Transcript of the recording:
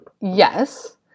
yes